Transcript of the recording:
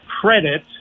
credit